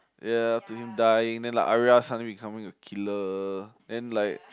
ya to him dying then like suddenly Arya becoming a killer then like